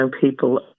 people